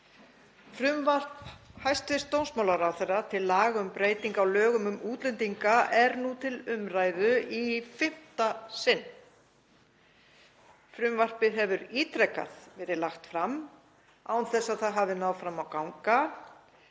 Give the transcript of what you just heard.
Frumvarp hæstv. dómsmálaráðherra til laga, um breytingu á lögum um útlendinga, er nú til umræðu í fimmta sinn. Frumvarpið hefur ítrekað verið lagt fram án þess að það hafi náð fram að ganga